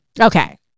Okay